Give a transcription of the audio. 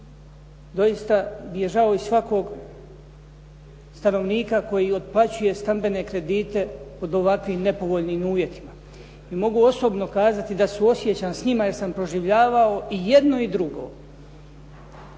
Doista mi je žao i svakog stanovnika koji otplaćuje stambene kredite pod ovakvim nepovoljnim uvjetima i mogu osobno kazati da suosjećam s njima jer sam proživljavao i jedno i drugo,